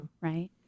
Right